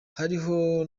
hariho